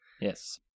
Yes